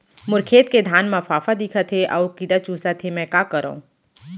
मोर खेत के धान मा फ़ांफां दिखत हे अऊ कीरा चुसत हे मैं का करंव?